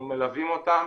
אנחנו מלווים אותם,